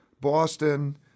Boston